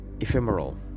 ephemeral